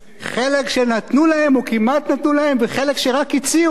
חלק שנתנו להם או כמעט נתנו להם וחלק שרק הציעו,